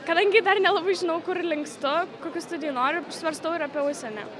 kadangi dar nelabai žinau kur linkstu kokių studijų noriu svarstau ir apie užsienį